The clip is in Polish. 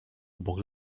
obok